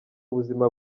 buzima